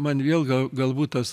man vėl gal galbūt tas